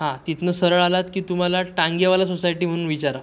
हां तिथनं सरळ आलात की तुम्हाला टांगेवाला सोसायटी म्हणून विचारा